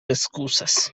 excusas